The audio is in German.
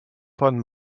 von